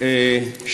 בארצות-הברית,